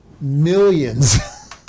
millions